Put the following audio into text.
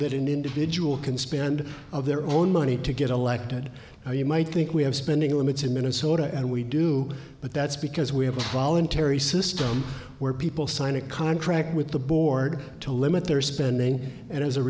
that an individual can spend of their own money to get elected or you might think we have spending limits in minnesota and we do but that's because we have a voluntary system where people sign a contract with the board to limit their spending and as a